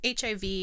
HIV